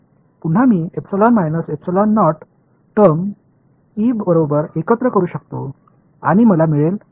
पुन्हा मी terms E बरोबर एकत्र करू शकतो आणि मला मिळेल अ